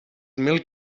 mil